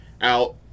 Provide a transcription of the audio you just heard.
out